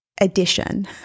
addition